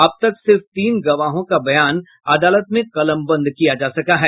अब तक सिर्फ तीन गवाहों का बयान अदालत में कलमबंद किया जा सका है